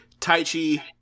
Taichi